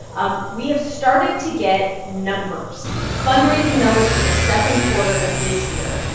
um we have started to get numbers fundraising numbers for the second quarter of this year.